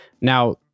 Now